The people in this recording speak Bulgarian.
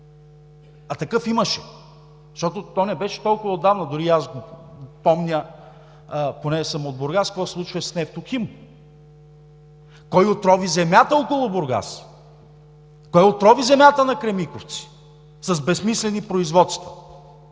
А такъв имаше, защото то не беше толкова отдавна. Дори и аз го помня – понеже съм от Бургас, какво се случваше с „Нефтохим“, кой отрови земята около Бургас, кой отрови земята на Кремиковци с безсмислени производства.